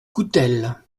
coutel